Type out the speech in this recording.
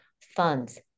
funds